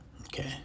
Okay